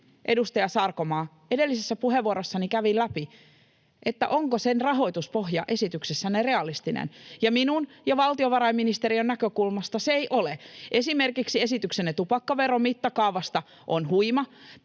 edustaja Sarkomaa, edellisessä puheenvuorossani kävin läpi, onko sen rahoituspohja esityksessänne realistinen, ja minun ja valtiovarainministeriön näkökulmasta se ei ole. Esimerkiksi esityksenne tupakkaveron mittakaavasta on huima